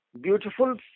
beautiful